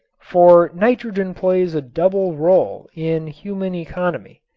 for nitrogen plays a double role in human economy.